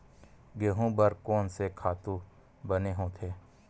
गेहूं बर कोन से खातु बने होथे?